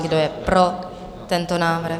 Kdo je pro tento návrh?